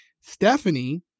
Stephanie